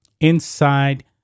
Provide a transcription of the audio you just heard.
inside